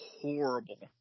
horrible